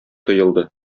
тоелды